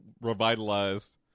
revitalized